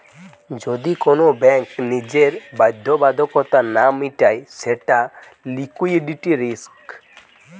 যদি কোন ব্যাঙ্ক নিজের বাধ্যবাধকতা না মিটায় সেটা লিকুইডিটি রিস্ক